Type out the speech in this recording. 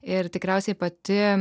ir tikriausiai pati